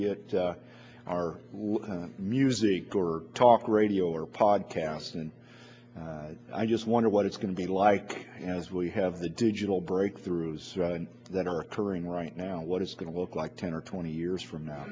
our music or talk radio or podcast and i just wonder what it's going to be like as we have the digital breakthroughs that are occurring right now what it's going to look like ten or twenty years from now